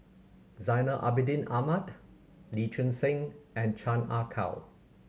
Zainal Abidin Ahmad Lee Choon Seng and Chan Ah Kow